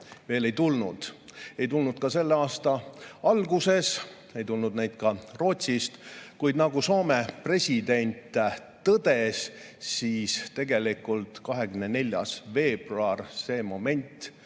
veel ei tulnud. Ei tulnud ka selle aasta alguses, ei tulnud neid ka Rootsist. Kuid nagu Soome president tõdes, et tegelikult 24. veebruar, see moment,